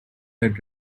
had